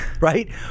right